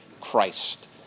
Christ